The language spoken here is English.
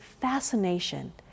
fascination